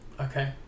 Okay